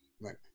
Right